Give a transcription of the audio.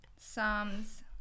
Psalms